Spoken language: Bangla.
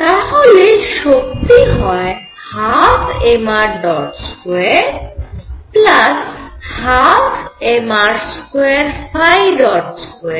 তাহলে শক্তি হয় 12mr212mr22V